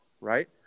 right